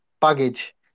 baggage